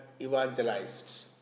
evangelized